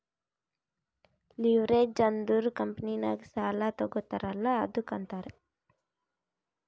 leverage ಅಂದುರ್ ಕಂಪನಿನಾಗ್ ಸಾಲಾ ತಗೋತಾರ್ ಅಲ್ಲಾ ಅದ್ದುಕ ಅಂತಾರ್